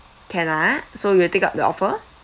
can ah so you will take up the offer